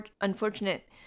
unfortunate